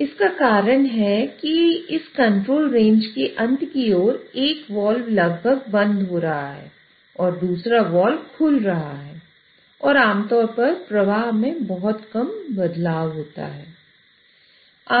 इसका कारण है कि इस कंट्रोल रेंज के अंत की ओर एक वाल्व लगभग बंद हो रहा है और दूसरा वाल्व खुल रहा है और आमतौर पर प्रवाह में बहुत कम बदलाव होता है